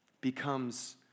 becomes